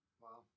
Wow